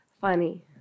Funny